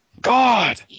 God